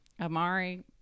Amari